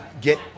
get